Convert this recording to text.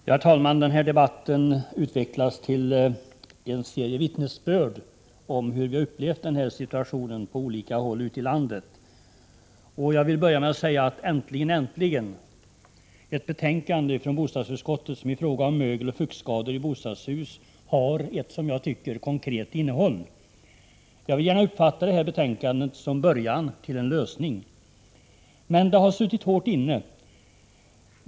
Herr talman! Den här debatten utvecklas till en serie vittnesbörd om hur vi upplevt situationen på olika håll ute i landet. Jag vill börja med att säga: Äntligen, äntligen ett betänkande från bostadsutskottet som i fråga om mögeloch fuktskador i bostadshus har ett, som jag tycker, konkret innehåll! Jag vill gärna uppfatta det här betänkandet som början till en lösning. Men det har suttit hårt inne.